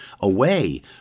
away